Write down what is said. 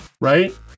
right